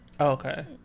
okay